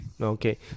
Okay